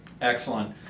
Excellent